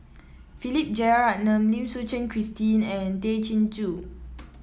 Philip Jeyaretnam Lim Suchen Christine and Tay Chin Joo